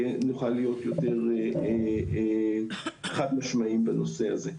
ונוכל להיות יותר חד משמעיים בנושא הזה,